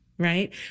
Right